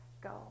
go